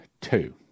two